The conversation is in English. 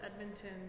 Edmonton